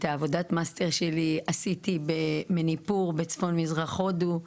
את עבודת המאסטר שלי עשיתי במניפור בצפון מזרחי הודו,